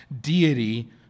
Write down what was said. deity